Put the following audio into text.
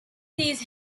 these